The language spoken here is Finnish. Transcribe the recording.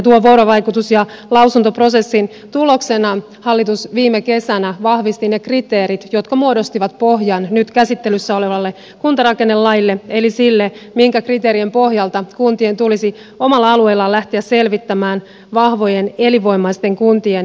tuon vuorovaikutuksen ja lausuntoprosessin tuloksena hallitus viime kesänä vahvisti ne kriteerit jotka muodostivat pohjan nyt käsittelyssä olevalle kuntarakennelaille eli sille minkä kriteerien pohjalta kuntien tulisi omalla alueellaan lähteä selvittämään vahvojen elinvoimaisten kuntien muodostamista